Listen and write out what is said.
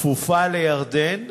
כפופה לירדן,